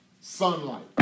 sunlight